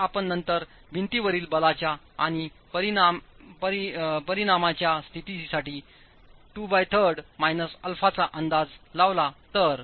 जर आपण नंतर भिंतीवरील बलाच्या आणि परिणामीच्या स्थितीसाठी 23 α चा अंदाज लावला तर